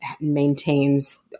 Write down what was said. maintains